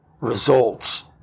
results